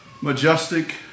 majestic